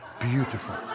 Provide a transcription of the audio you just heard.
beautiful